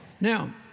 Now